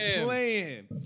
playing